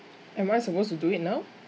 am I supposed to do it now